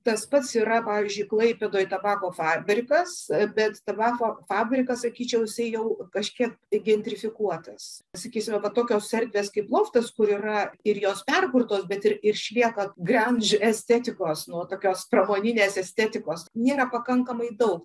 tas pats yra pavyzdžiui klaipėdoje tabako fabrikas bet tabako fabriką sakyčiau jisai jau kažkiek igentrifikuotas sakysime va tokios erdvės kaip loftas kur yra ir jos perkurtos bet ir išlieka grandž estetikos nu tokios pramoninės estetikos nėra pakankamai daug